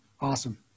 Awesome